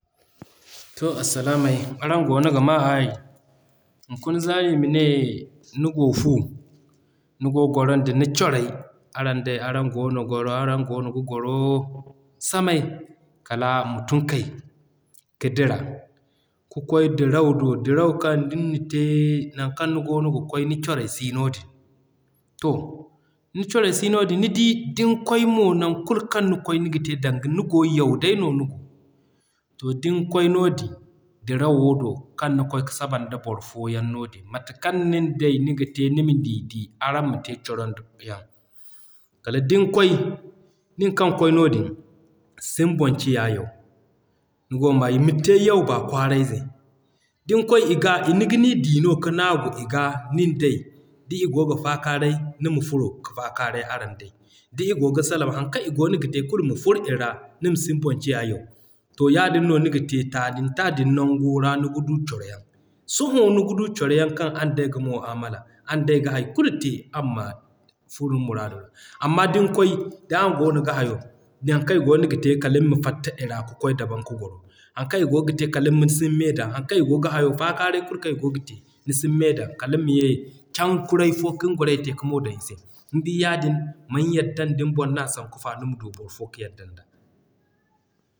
To arsilaamay araŋ goono ga maa aayi. Hunkuna zaari ima ne nigo fu, nigo goro nda ni corey, araŋ day araŋ goono goro araŋ goono ga goro samay kala ma tun kay ka dira ka kwaay diraw do. Diraw kaŋ din na te nan kaŋ ni goono ga kwaay ni corey si noodin. To ni corey si noodin nidi din kwaay mo nan kulu kaŋ ni kwaay niga te danga nigo yaw day no nigo. To din kwaay noodin, dirawo do kaŋ ni kwaay ka sabanda boro fo yaŋ noodin. Mate kaŋ nin day niga te ni m'i di araŋ mate coro nda coro yaŋ. Kala din kwaay, nin kaŋ kwaay noodin, sin boŋ ciya yaw nigo ma. Min boŋ te yaw b'a kwaara ize. Din kwaay i ga, niga n'i di no ka naagu i ga nin day da i goo ga fakaaray nima furo ka fakaaray araŋ day. D'i goo ga salaŋ haŋ kaŋ i goono ga te kulu ma furo i ra nima sin boŋ ciya yaw. To yaadin no niga te taadin taadin nango ra niga du coro yaŋ. Sohõ niga du coro yaŋ kaŋ araŋ day ga mu'amala, araŋ day ga hay kulu te araŋ ma furo ni muraadu ra. Amma din kwaay, da araŋ goono ga hayo nan kaŋ i goono ga te kaliŋ ma fatta i ra ka kwaay daban ka goro. Haŋ kaŋ i goo ga te kaliŋ sin me dan, haŋ kaŋ i goo ga hayo fakaaray kulu kaŋ i goo ga te ni sin me dan. Kaliŋ ma ye can kuray fo kin goray te ka mo dan i se. Nidi yaadin, man yaddan din boŋ na sanku fa nima du boro kaŋ ni yaddan da.